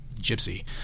Gypsy